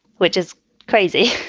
which is crazy.